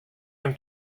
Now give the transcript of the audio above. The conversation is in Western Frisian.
him